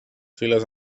files